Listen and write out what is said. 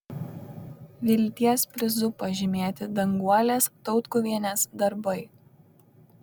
vilties prizu pažymėti danguolės tautkuvienės darbai